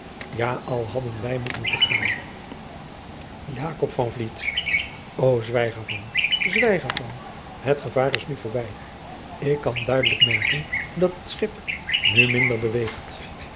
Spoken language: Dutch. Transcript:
ja al hadden wij moeten vergaan jakob van vliet ô zwijg er van zwijg er van het gevaar is nu voorbij ik kan duidelijk merken dat het schip nu minder beweegt